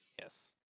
yes